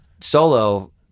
solo